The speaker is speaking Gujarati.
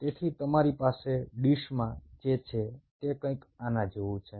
તેથી તમારી પાસે ડીશમાં જે છે તે કંઈક આના જેવું છે